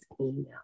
email